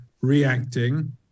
reacting